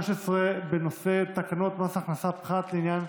113, בנושא תקנות מס הכנסה, פחת לעניין